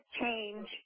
change